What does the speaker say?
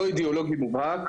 לא אידיאולוגי מובהק.